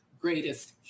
greatest